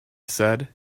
said